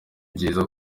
byiza